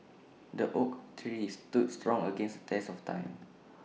the oak tree stood strong against test of time